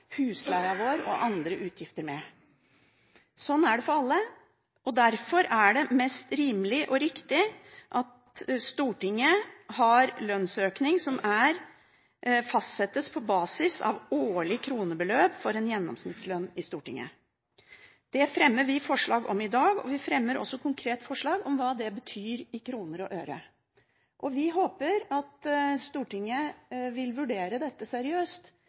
husleia vår og andre utgifter med. Sånn er det for alle. Derfor er det mest rimelig og riktig at Stortinget har lønnsøkning som fastsettes på basis av økning i årlig kronebeløp for en gjennomsnittslønn i Norge. Det fremmer vi forslag om i dag. Vi fremmer også konkret forslag om hva det betyr i kroner og øre. Vi håper at Stortinget vil vurdere dette seriøst,